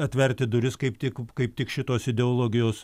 atverti duris kaip tik kaip tik šitos ideologijos